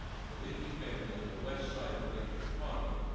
the leakey family on the west side of lake turkana,